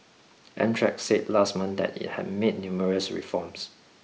Amtrak said last month that it had made numerous reforms